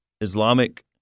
islamic